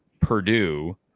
Purdue